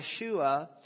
Yeshua